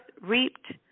reaped